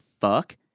fuck